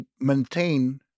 maintain